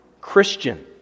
Christian